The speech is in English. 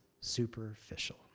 superficial